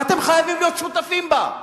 ואתם חייבים להיות שותפים בה.